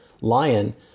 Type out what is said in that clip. lion